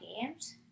games